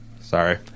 sorry